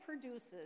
produces